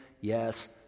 Yes